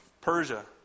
Persia